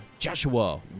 Joshua